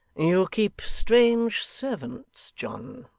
you keep strange servants, john